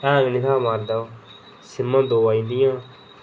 hang निहां मारदा सीमां दौ आई जंदियां हियां